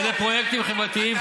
זה לפרויקטים חברתיים,